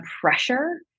pressure